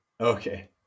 Okay